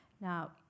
Now